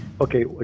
Okay